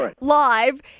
Live